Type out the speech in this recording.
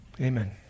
Amen